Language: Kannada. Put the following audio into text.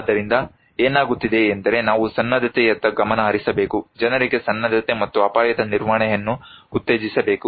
ಆದ್ದರಿಂದ ಏನಾಗುತ್ತಿದೆ ಎಂದರೆ ನಾವು ಸನ್ನದ್ಧತೆಯತ್ತ ಗಮನ ಹರಿಸಬೇಕು ಜನರಿಗೆ ಸನ್ನದ್ಧತೆ ಮತ್ತು ಅಪಾಯದ ನಿರ್ವಹಣೆಯನ್ನು ಉತ್ತೇಜಿಸಬೇಕು